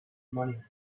money